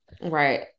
right